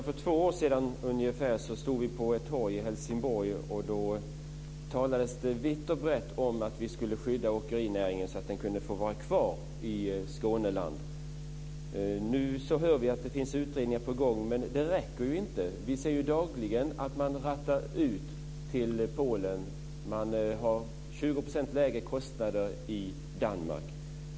Fru talman! För ungefär två år sedan stod vi på ett torg i Helsingborg, och då talades det vitt och brett om att vi skulle skydda åkerinäringen så att den kunde få vara kvar i Skåneland. Nu hör vi att det är utredningar på gång. Men det räcker ju inte. Vi ser dagligen att man rattar ut till Polen och att kostnaderna är 20 % lägre i Danmark.